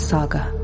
Saga